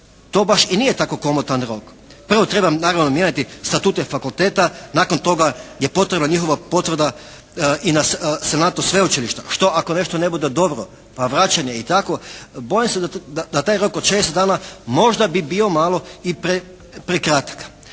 to baš i nije tako komotan rok. Prvo trebam naravno …/Govornik se ne razumije./… statute fakulteta, nakon toga je potrebna njihova potvrda i na senatu sveučilišta. Što ako nešto ne bude dobro, pa vraćanje i tako. Bojim se da taj rok od 60 dana možda bi bio malo i prekratak.